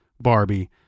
Barbie